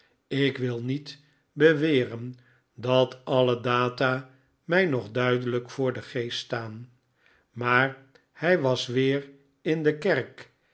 ik wil niet beweren dat alle data mij nog duidelijk voor den geest staan maar hij was weer in de kerk